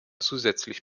zusätzlich